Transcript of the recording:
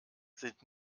sind